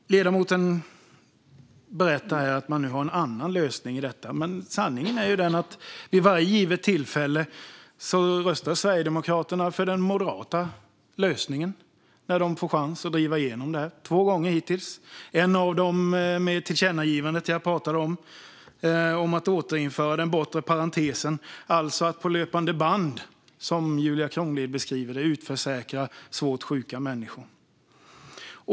Fru talman! Ledamoten berättar att man nu har en annan lösning på detta. Men sanningen är att vid varje givet tillfälle röstar Sverigedemokraterna på den moderata lösningen när de får chansen - två gånger hittills. En av dem var det tillkännagivande jag nämnde om att återinföra den bortre parentesen, alltså att "på löpande band", som Julia Kronlid beskriver det, utförsäkra svårt sjuka människor.